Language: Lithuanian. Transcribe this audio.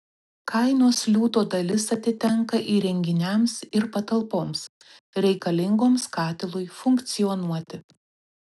kainos liūto dalis atitenka įrenginiams ir patalpoms reikalingoms katilui funkcionuoti